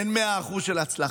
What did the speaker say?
אין 100% הצלחה,